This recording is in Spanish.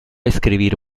escribir